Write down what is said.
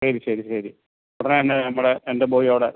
ശരി ശരി ശരി ഉടനെ തന്നെ നമ്മുടെ എൻ്റെ ബോയ് അവിടെ